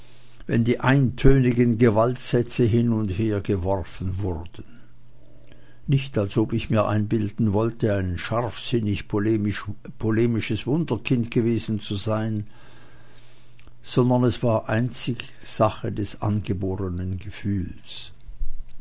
wenn die eintönigen gewaltsätze hin und hergeworfen wurden nicht als ob ich mir einbilden wollte ein scharfsinnig polemisches wunderkind gewesen zu sein sondern es war einzig sache des angeborenen gefühles